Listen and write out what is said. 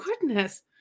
goodness